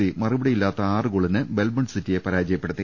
C മറുപടിയില്ലാത്ത ആറു ഗോളിന് മെൽബൺ സിറ്റിയെ പരാജയപ്പെടുത്തി